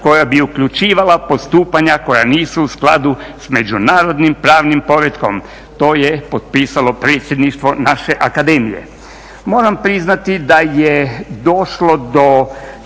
koja bi uključivala postupanja koja nisu u skladu s međunarodnim pravnim poretkom. To je potpisalo predsjedništvo naše Akademije. Moram priznati da je došlo do